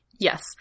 Yes